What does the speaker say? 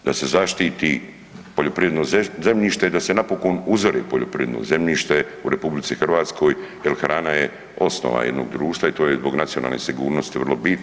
Da se zaštiti poljoprivredno zemljište i da se napokon uzore poljoprivredno zemljište u RH jel hrana je osnova jednog društva i to je zbog nacionalne sigurnosti vrlo bitno.